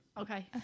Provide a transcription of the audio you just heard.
Okay